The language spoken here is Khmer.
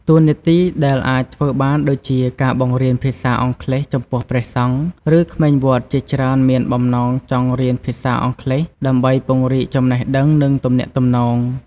តួនាទីដែលអាចធ្វើបានដូចជាការបង្រៀនភាសាអង់គ្លេស ចំពោះព្រះសង្ឃ ឬក្មេងវត្តជាច្រើនមានបំណងចង់រៀនភាសាអង់គ្លេសដើម្បីពង្រីកចំណេះដឹង និងទំនាក់ទំនង។